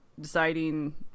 deciding